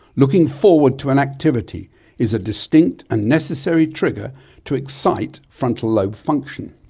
looking forward to an activity is a distinct and necessary trigger to excite frontal lobe function.